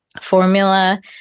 formula